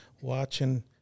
watching